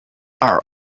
our